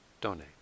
donate